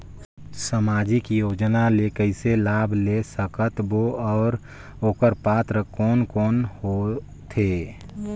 समाजिक योजना ले कइसे लाभ ले सकत बो और ओकर पात्र कोन कोन हो थे?